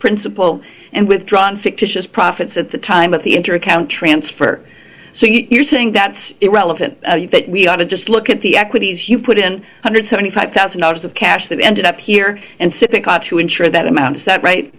principal and withdrawn fictitious profits at the time of the intercounty transfer so you think that's irrelevant that we ought to just look at the equities you put in hundred seventy five thousand dollars of cash that ended up here and sipping to insure that amount is that right